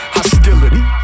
hostility